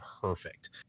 perfect